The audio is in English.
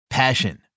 Passion